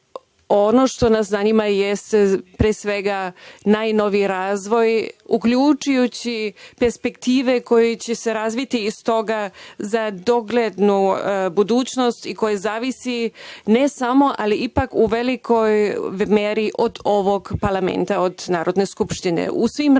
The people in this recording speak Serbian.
Ono što nas zanima jeste pre svega najnoviji razvoj, uključujući perspektivu koja će se razviti iz toga za doglednu budućnost i koja zavisi ne samo, ali ipak u velikoj meri od ovog parlamenta, od Narodne skupštine.U svim razgovorima